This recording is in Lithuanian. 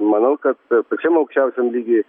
manau kad pačiam aukščiausiam lygy